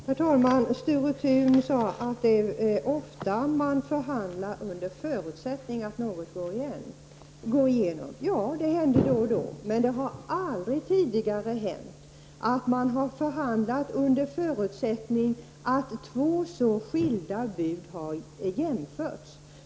Herr talman! Sture Thun sade att man ofta förhandlar under förutsättning att något går igenom. Ja, det händer då och då. Men det har aldrig tidigare hänt att man har förhandlat under förutsättning att två så skilda bud har jämförts.